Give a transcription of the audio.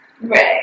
Right